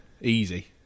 easy